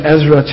Ezra